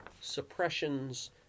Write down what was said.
suppressions